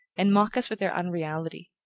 and mock us with their unreality.